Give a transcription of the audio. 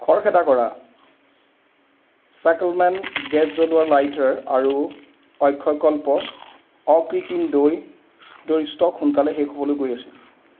খৰখেদা কৰা ফেকলমেন গেছ জ্বলোৱা লাইটাৰ আৰু অক্ষয়কল্প অকৃত্ৰিম দৈ দৈৰ ষ্টক সোনকালে শেষ হ'বলৈ গৈ আছে